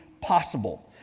possible